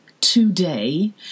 today